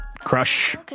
Crush